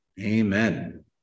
amen